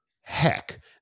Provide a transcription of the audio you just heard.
Heck